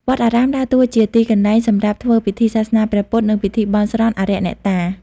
វត្តអារាម ដើរតួជាទីកន្លែងសម្រាប់ធ្វើពិធីសាសនាព្រះពុទ្ធ និងពិធីបន់ស្រន់អារក្សអ្នកតា។